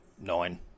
nine